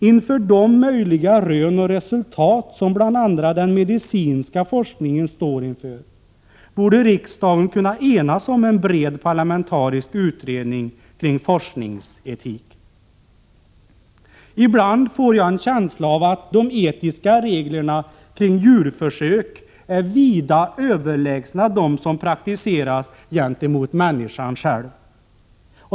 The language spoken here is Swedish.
Inför de möjliga rön och resultat som bl.a. den medicinska forskningen står, borde riksdagen kunna enas om en bred parlamentarisk utredning kring forskningsetik. Ibland får jag en känsla av att de etiska reglerna kring djurförsök är vida överlägsna dem som praktiseras gentemot människan själv.